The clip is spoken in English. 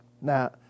Now